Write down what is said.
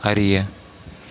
அறிய